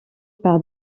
par